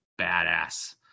badass